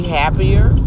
happier